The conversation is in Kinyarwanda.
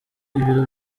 ibiro